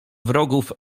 wrogów